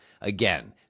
Again